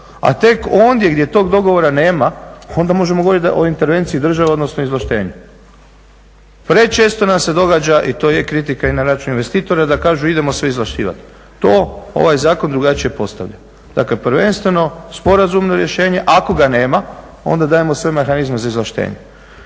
A tek ondje gdje tog dogovora nema onda možemo govoriti o intervenciji države odnosno izvlaštenju. Prečesto nam se događa i to je kritika i na račun investitora da kažu idemo sve izvlašćivati. To ovaj zakon drugačije postavlja. Dakle, prvenstveno sporazumno rješenje. Ako ga nema onda dajemo sve mehanizme za izvlaštenjem.